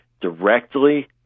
directly